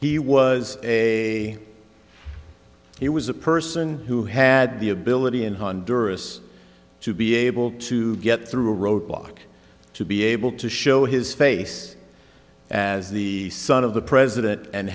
he was a he was a person who had the ability in honduras to be able to get through a roadblock to be able to show his face as the son of the president and